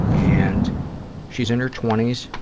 and she's in her twenty s.